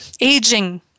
aging